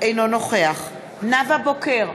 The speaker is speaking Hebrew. אינו נוכח נאוה בוקר,